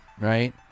right